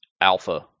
Alpha